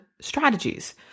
strategies